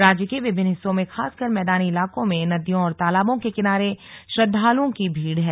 राज्य के विभिन्न हिस्सों में खासकर मैदानी इलाकों में नदियों और तालाबों के किनारे श्रद्वालुओं की भीड़ है